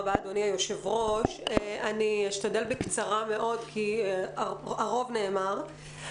אשתדל בקצרה, כי הרוב נאמר.